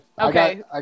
Okay